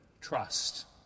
trust